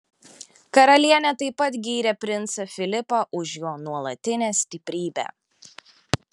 karalienė taip pat gyrė princą filipą už jo nuolatinę stiprybę